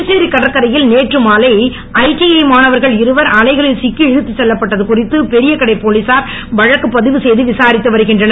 புதுச்சேரி கடற்கரையில் நேற்று மாலை லாஸ்பேட் ஐடிஐ மாணவர்கள் இருவர் அலைகளில் சிக்கி இழுத்துச் செல்லப்பட்டது குறித்து பெரியக்கடை போலீசார் வழக்கு பதிவு செய்து விசாரித்து வருகின்றனர்